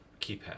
keypad